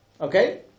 Okay